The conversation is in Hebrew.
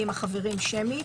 מי החברים שמית,